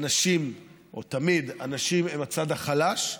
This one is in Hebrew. או תמיד, הנשים הן הצד החלש,